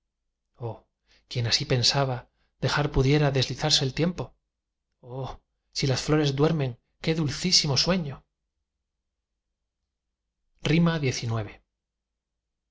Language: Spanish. oh quién así pensaba dejar pudiera deslizarse el tiempo oh si las flores duermen qué dulcísimo sueño xix